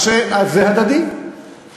אז זה הדדי, הוא אומר.